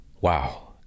Wow